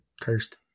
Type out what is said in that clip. cursed